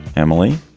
emily?